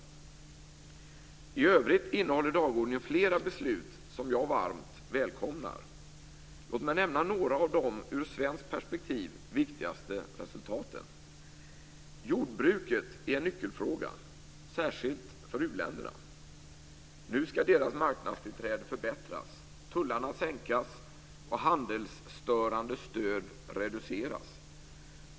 I övrigt innehåller dagordningen fler beslut som jag varmt välkomnar. Låt mig nämna några av de i svenskt perspektiv viktigaste resultaten. Jordbruket är en nyckelfråga, särskilt för u-länderna. Nu ska deras marknadstillträde förbättras, tullarna sänkas och handelsstörande stöd reduceras.